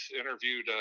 interviewed